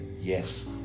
yes